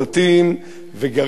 אם בשכונת-האולפנה,